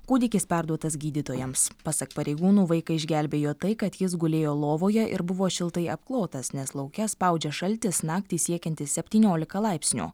kūdikis perduotas gydytojams pasak pareigūnų vaiką išgelbėjo tai kad jis gulėjo lovoje ir buvo šiltai apklotas nes lauke spaudžia šaltis naktį siekianti septyniolika laipsnių